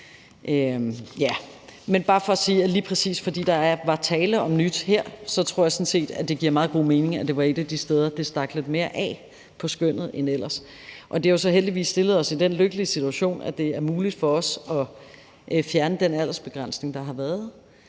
er bare for sige, at lige præcis fordi der er tale om noget nyt her, så tror jeg sådan set, at det giver meget god mening, at det var et af de steder, det stak lidt mere af i skønnet end ellers. Det har jo så heldigvis stillet os i den lykkelige situation, at det er muligt for os at fjerne den aldersbegrænsning, der har været.